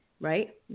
right